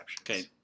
Okay